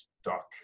stuck